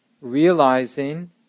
realizing